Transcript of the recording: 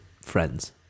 Friends